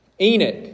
Enoch